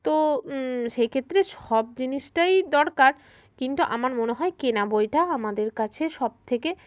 তো সেইক্ষেত্রে সব জিনিসটাই দরকার কিন্তু আমার মনে হয় কেনা বইটা আমাদের কাছে সবথেকে